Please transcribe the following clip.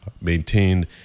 maintained